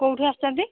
କେଉଁଠୁ ଆସୁଛନ୍ତି